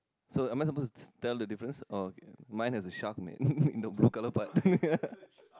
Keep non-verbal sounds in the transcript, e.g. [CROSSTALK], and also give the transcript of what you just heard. so am I supposed to tell the difference oh okay mine have a shark in it [LAUGHS] the blue color part [LAUGHS] yeah